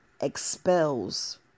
expels